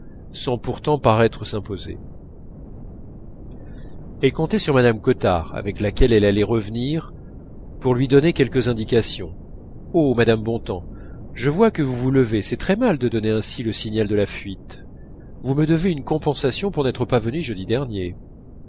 sans pourtant paraître s'imposer elle comptait sur mme cottard avec laquelle elle allait revenir pour lui donner quelques indications oh mme bontemps je vois que vous vous levez c'est très mal de donner ainsi le signal de la fuite vous me devez une compensation pour n'être pas venue jeudi dernier